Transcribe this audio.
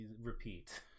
repeat